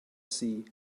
see